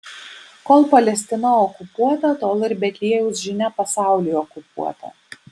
kol palestina okupuota tol ir betliejaus žinia pasauliui okupuota